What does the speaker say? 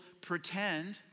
pretend